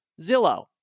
Zillow